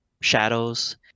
shadows